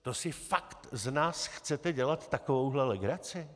To si fakt z nás chcete dělat takovouhle legraci?